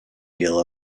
deal